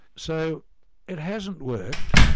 so it hasn't worked,